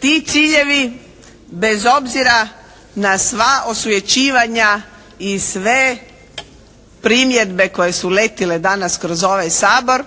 Ti ciljevi bez obzira na sva osvećivanja i sve primjedbe koje su letile danas kroz ovaj Sabor